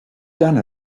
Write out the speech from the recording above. done